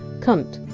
cunt.